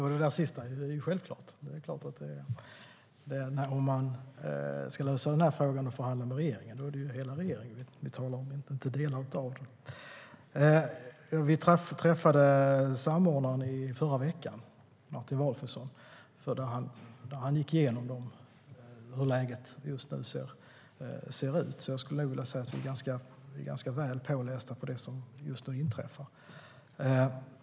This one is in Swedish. Herr talman! När det gäller det sista är det självklart att det är hela regeringen vi talar om när det gäller att lösa den här frågan. Vi träffade samordnaren Martin Valfridsson i förra veckan. Han gick igenom hur läget just nu ser ut, och jag skulle nog vilja säga att vi är ganska väl pålästa när det gäller det som just nu inträffar.